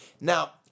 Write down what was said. Now